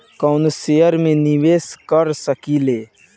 कवनो शेयर मे निवेश कर सकेल